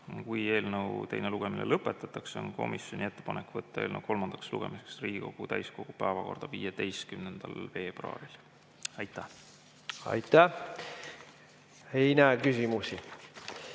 Kui eelnõu teine lugemine lõpetatakse, on komisjoni ettepanek panna eelnõu kolmandaks lugemiseks Riigikogu täiskogu päevakorda 15. veebruariks. Aitäh! Aitäh! Ei näe küsimusi.